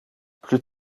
plus